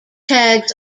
tags